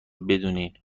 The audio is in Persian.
بدونین